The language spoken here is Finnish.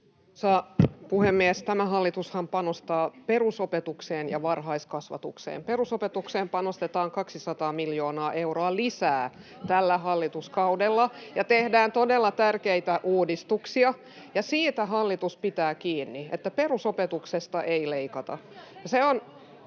puhemies! Tämä hallitushan panostaa perusopetukseen ja varhaiskasvatukseen. Perusopetukseen panostetaan 200 miljoonaa euroa lisää tällä hallituskaudella ja tehdään todella tärkeitä uudistuksia. Siitä hallitus pitää kiinni, että perusopetuksesta ei leikata. Se on